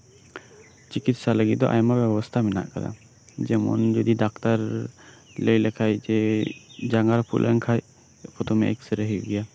ᱪᱤᱠᱤᱛᱥᱟ ᱞᱟᱹᱜᱤᱫ ᱫᱚ ᱟᱭᱢᱟ ᱵᱮᱵᱚᱥᱛᱷᱟ ᱢᱮᱱᱟᱜ ᱠᱟᱫᱟ ᱡᱮᱢᱚᱱ ᱰᱟᱠᱛᱟᱨ ᱞᱟᱹᱭ ᱞᱮᱠᱷᱟᱡ ᱡᱮ ᱡᱟᱸᱜᱟ ᱨᱟᱹᱯᱩᱫ ᱞᱮᱱᱠᱷᱟᱡ ᱯᱨᱚᱛᱷᱚᱢᱮ ᱮᱠᱥᱨᱮ ᱦᱩᱭᱩᱜ ᱜᱮᱭᱟ